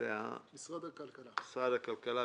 משרד הכלכלה,